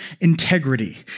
integrity